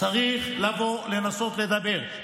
צריך לבוא לנסות לדבר.